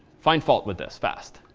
find fault with this fast.